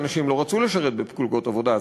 אנשים לא רצו לשרת בפלוגות עבודה,